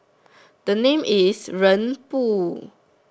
the name is 人不